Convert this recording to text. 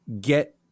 get